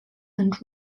and